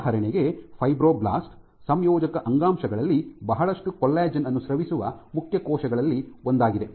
ಉದಾಹರಣೆಗೆ ಫೈಬ್ರೊಬ್ಲಾಸ್ಟ್ ಸಂಯೋಜಕ ಅಂಗಾಂಶಗಳಲ್ಲಿ ಬಹಳಷ್ಟು ಕೊಲಾಜೆನ್ ಅನ್ನು ಸ್ರವಿಸುವ ಮುಖ್ಯ ಕೋಶಗಳಲ್ಲಿ ಒಂದಾಗಿದೆ